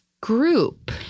group